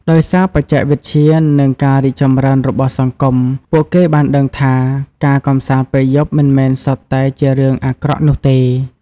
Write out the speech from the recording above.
ដោយសារបច្ចេកវិទ្យា និងការរីកចម្រើនរបស់សង្គម ពួកគេបានដឹងថា ការកម្សាន្តពេលយប់មិនមែនសុទ្ធតែជារឿងអាក្រក់នោះទេ។